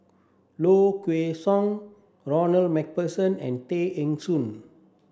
Low Kway Song Ronald MacPherson and Tay Eng Soon